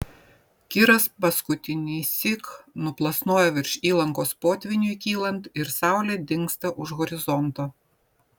kiras paskutinįsyk nuplasnoja virš įlankos potvyniui kylant ir saulė dingsta už horizonto